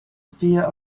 fear